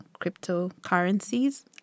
cryptocurrencies